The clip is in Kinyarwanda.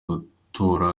gutura